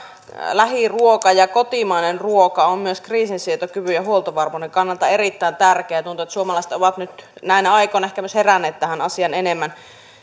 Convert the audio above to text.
lähiruoka ja kotimainen ruoka ovat myös kriisinsietokyvyn ja huoltovarmuuden kannalta erittäin tärkeitä ja tuntuu että suomalaiset ovat nyt näinä aikoina ehkä myös heränneet tähän asiaan enemmän tietysti